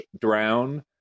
drown